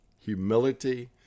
humility